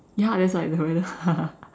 ya that's why the weather